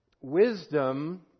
wisdom